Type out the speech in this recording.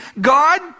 God